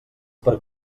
per